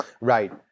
Right